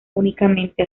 únicamente